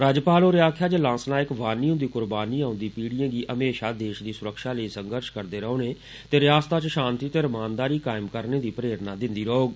राज्यपाल होरें आक्खेया लांस नायक वानी हुन्दी कुर्बानी ओंदी पीढ़ीएं गी हमेषा देष दी सुरक्षा लेई संघर्श करदे रौहने ते रियास्ता च षान्ति ते रमानदारी कायम करने दी प्रेरणा दिन्दी रौहग